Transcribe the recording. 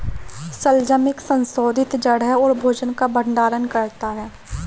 शलजम एक संशोधित जड़ है और भोजन का भंडारण करता है